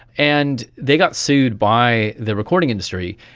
and they got sued by the recording industry,